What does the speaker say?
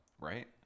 Right